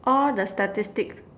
all the statistics